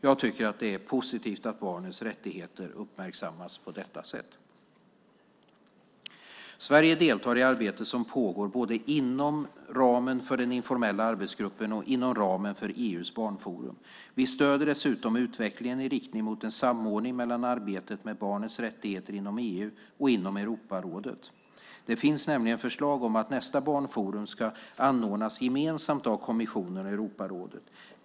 Jag tycker det är positivt att barnets rättigheter uppmärksammas på detta sätt. Sverige deltar i arbetet som pågår både inom ramen för den informella arbetsgruppen och inom ramen för EU:s barnforum. Vi stöder dessutom utvecklingen i riktning mot en samordning mellan arbetet med barnets rättigheter inom EU och inom Europarådet. Det finns nämligen förslag om att nästa barnforum ska anordnas gemensamt av kommissionen och Europarådet.